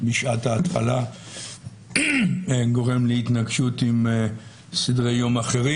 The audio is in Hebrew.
בשעת ההתחלה גורם להתנגשות עם סדרי יום אחרים.